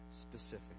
specific